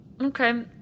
Okay